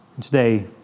Today